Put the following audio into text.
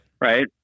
Right